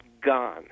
gone